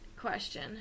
question